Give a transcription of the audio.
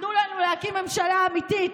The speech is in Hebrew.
תנו לנו להקים ממשלה אמיתית,